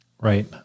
Right